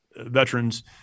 veterans